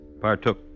partook